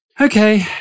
Okay